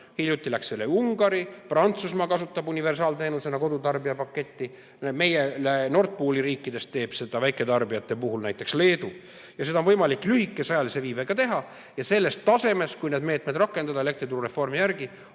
Hiljuti läks sellele üle Ungari. Prantsusmaa kasutab samuti universaalteenusena kodutarbija paketti ja meie Nord Pooli riikidest teeb seda väiketarbijate puhul näiteks Leedu. Seda on võimalik lühikese ajalise viibega teha ja sellest tasemest, kui neid meetmeid rakendada elektrituru reformi järgi,